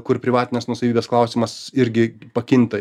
kur privatinės nuosavybės klausimas irgi pakinta